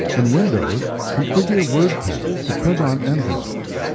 in windows, configure wordpad to print on envelopes.